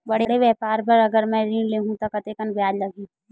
बड़े व्यापार बर अगर मैं ऋण ले हू त कतेकन ब्याज लगही?